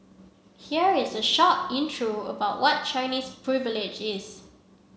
here is a short intro about what Chinese Privilege is